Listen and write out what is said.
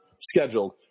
scheduled